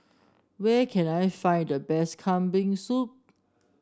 where can I find the best Kambing Soup